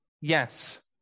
Yes